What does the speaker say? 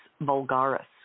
vulgaris